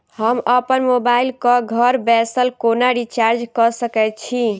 हम अप्पन मोबाइल कऽ घर बैसल कोना रिचार्ज कऽ सकय छी?